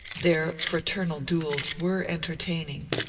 their fraternal duels were entertaining.